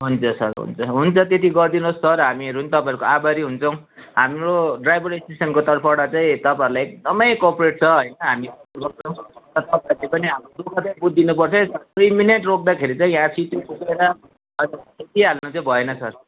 हुन्छ सर हुन्छ हुन्छ त्यति गरिदिनुहोस् सर हामीहरू पनि तपाईँहरूको आभारी हुन्छौँ हाम्रो ड्राइभर एसोसिएसनको तर्फबाट चाहिँ तपाईँहरूलाई एकदमै कोअपरेट छ होइन हामी सपोर्ट गर्छौँ तपाईँहरूले पनि हाम्रो दुःख चाहिँ बुझिदिनु पर्छ है सर दुई मिनेट रोक्दाखेरि चाहिँ यहाँ सिटी फुकेर अब खेदिहाल्नु चाहिँ भएन सर